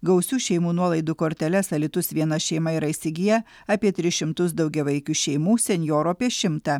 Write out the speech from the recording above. gausių šeimų nuolaidų korteles alytus viena yra įsigiję apie tris šimtus daugiavaikių šeimų senjorų apie šimtą